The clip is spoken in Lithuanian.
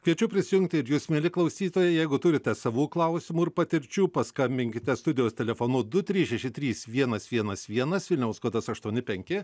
kviečiu prisijungti ir jūs mieli klausytojai jeigu turite savų klausimų ir patirčių paskambinkite studijos telefonu du trys šeši trys vienas vienas vienas vilniaus kodas aštuoni penki